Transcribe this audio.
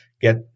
get